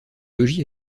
logis